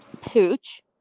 Pooch